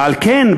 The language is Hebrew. ועל כן,